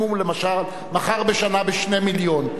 אם למשל הוא מכר בשנה ב-2 מיליון,